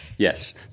Yes